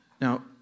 Now